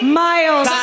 miles